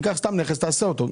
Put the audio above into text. תיקח סתם נכס ותעשה אותו.